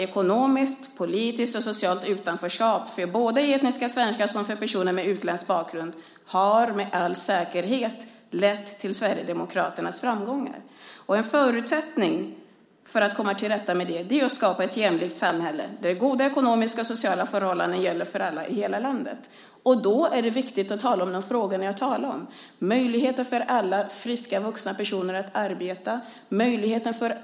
Ekonomiskt, politiskt och socialt utanförskap för såväl etniska svenskar som för personer med utländsk bakgrund har med all säkerhet lett till Sverigedemokraternas framgångar. En förutsättning för att komma till rätta med det är att skapa ett jämlikt samhälle där goda ekonomiska och sociala förhållanden gäller för alla i hela landet. Då är det viktigt att tala om de frågor jag talade om. Alla friska vuxna personer ska ha möjlighet att arbeta.